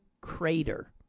Crater